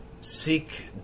seek